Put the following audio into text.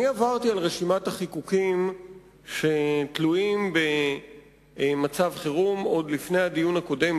עברתי על רשימת החיקוקים שתלויים במצב חירום עוד לפני הדיון הקודם,